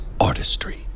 artistry